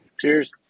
Cheers